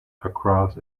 across